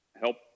help